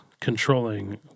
controlling